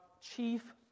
chief